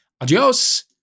Adios